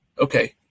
Okay